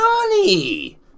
money